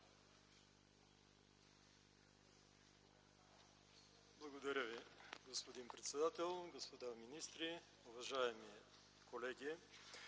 Благодаря Ви, господин председател. Господа министри, уважаеми колеги!